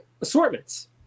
assortments